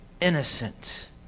innocent